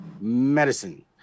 medicine